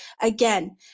Again